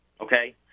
okay